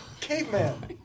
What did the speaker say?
caveman